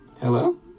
Hello